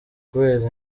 kubera